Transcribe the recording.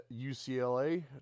UCLA